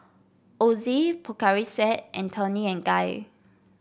Ozi Pocari Sweat and Toni and Guy